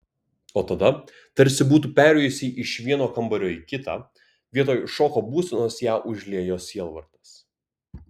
o tada tarsi būtų perėjusi iš vieno kambario į kitą vietoj šoko būsenos ją užliejo sielvartas